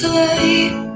light